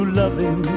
loving